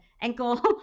ankle